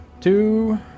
two